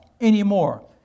anymore